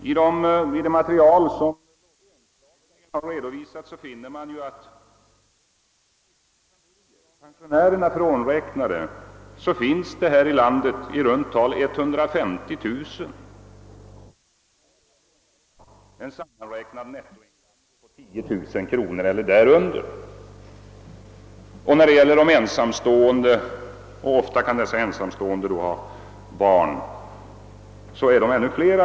I det material som låginkomstutredningen har redovisat kan man ju finna att det här i landet — pensionärerna frånräknade — finns i runt tal 150 000 gifta par som har en sammanräknad nettoinkomst på 10 000 kronor eller därunder. De ensamstående, av vilka många har barn, är ännu flera.